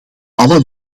alle